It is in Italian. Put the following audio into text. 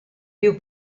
più